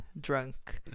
drunk